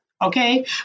Okay